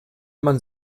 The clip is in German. man